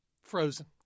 Frozen